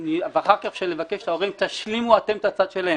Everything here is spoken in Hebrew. ואחר כך אפשר לבקש מההורים תשלימו אתם את הצד שלהם,